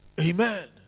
Amen